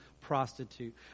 prostitute